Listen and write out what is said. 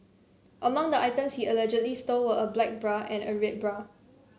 among the items he allegedly stole were a black bra and a red bra